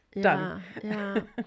Done